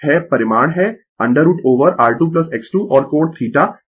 तो यह है परिमाण है √ ओवर R2X2 और कोण θ ठीक है